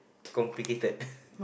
complicated